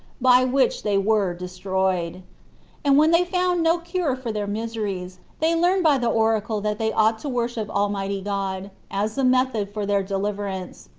by which they were destroyed and when they found no cure for their miseries, they learned by the oracle that they ought to worship almighty god, as the method for their deliverance.